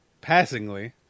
passingly